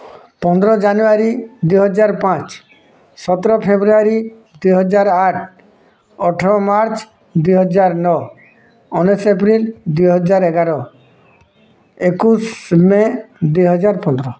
ପନ୍ଦର ଜାନୁୟାରୀ ଦୁଇ ହଜାର ପାଞ୍ଚ ସତର ଫେବୃୟାରୀ ଦୁଇ ହଜାର ଆଠ ଅଠର ମାର୍ଚ୍ଚ ଦୁଇ ହଜାର ନଅ ଉଣେଇଶ ଏପ୍ରିଲ୍ ଦୁଇ ହଜାର ଏଗାର ଏକୋଇଶି ମେ ଦୁଇ ହଜାର ପନ୍ଦର